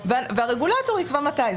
והרגולטור יקבע מתי.